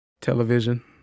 television